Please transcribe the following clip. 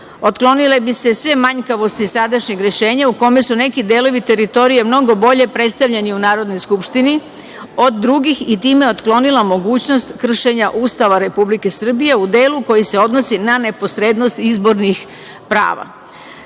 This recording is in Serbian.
otklonile bi se sve manjkavosti sadašnjeg rešenja u kome su neki delovi teritorija mnogo bolje predstavljeni u Narodnoj skupštini od drugih i time otklonila mogućnost kršenja Ustava Republike Srbije u delu koji se odnosi na neposrednost izbornih prava. Radi